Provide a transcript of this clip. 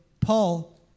Paul